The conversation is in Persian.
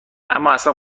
امااصلا